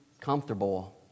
comfortable